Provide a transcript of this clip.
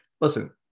Listen